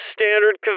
standard